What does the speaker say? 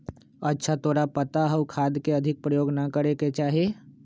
अच्छा तोरा पता हाउ खाद के अधिक प्रयोग ना करे के चाहि?